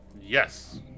Yes